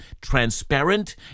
transparent